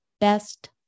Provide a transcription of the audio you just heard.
best